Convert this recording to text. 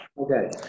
Okay